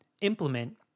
implement